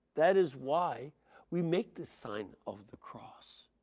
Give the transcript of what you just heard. that is why we make the sign of the cross.